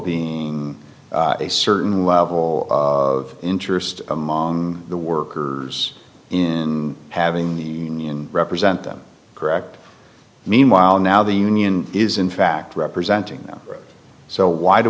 being a certain level of interest among the workers in having the represent them correct meanwhile now the union is in fact representing so why do